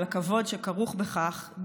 ולכבוד שכרוך בכך,